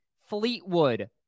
Fleetwood